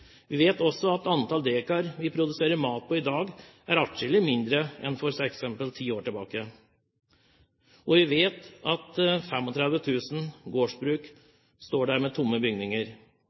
Vi vet også at antall dekar vi produserer mat på i dag, er atskillig mindre enn for f.eks. ti år tilbake. Vi vet at 35 000 gårdsbruk står der med tomme bygninger